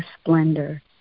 splendor